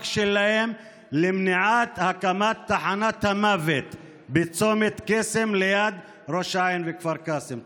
שלהם למניעת הקמת תחנת המוות בצומת קסם ליד ראש העין וכפר קאסם.